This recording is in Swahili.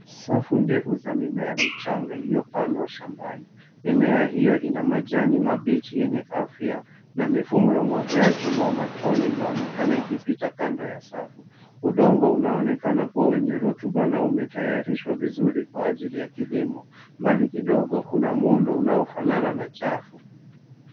Safu ndefu za mimea michanga ilio pandwa shambani. Mimea hiyo ina majani mabichi yenye afia na mifumo ya umwagaji wa matone inaonekana ikipita kando ya safu. Udongo unaonekana kuwa wenye rutuba na umetayarishwa vizuri kwa ajili ya kilimo. Mbali kidogo, kuna muundo unaofanana na chafu.